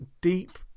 deep